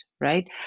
right